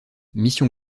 mission